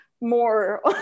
more